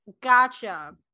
Gotcha